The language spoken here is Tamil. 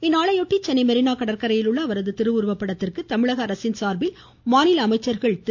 இந்நாளையொட்டி சென்னை மெரினா கடற்கரையில் உள்ள அவரது திருவுருவ படத்திற்கு தமிழக அரசு சார்பில் மாநில அமைச்சர்கள் திரு